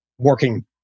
working